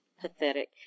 pathetic